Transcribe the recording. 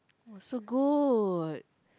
so good